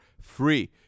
free